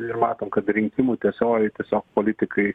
ir matom kad rinkimų tiesiojoj tiesiog politikai